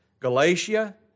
Galatia